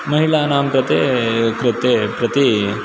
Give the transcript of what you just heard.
महिलानां कृते कृते प्रति